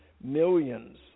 millions